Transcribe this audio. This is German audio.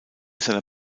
seiner